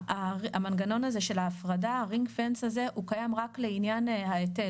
המנגנון הזה של ההפרדה קיים רק לעניין ההיטל,